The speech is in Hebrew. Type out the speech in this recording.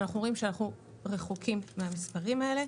אנחנו רואים שאנחנו רחוקים מהמספרים האלה.